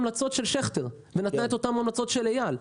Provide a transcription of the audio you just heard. המלצות של שכטר ואת אותן המלצות של אייל.